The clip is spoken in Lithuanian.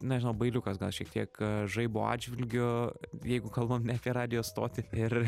nežinau bailiukas gal šiek tiek žaibo atžvilgiu jeigu kalbam ne apie radijo stotį ir